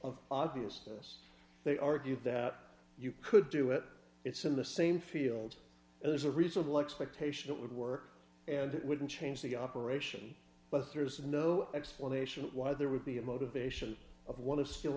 of obviousness they argued that you could do it it's in the same field and there's a reasonable expectation it would work and it wouldn't change the operation but there is no explanation why there would be a motivation of what is still